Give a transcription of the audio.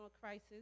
crisis